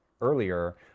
earlier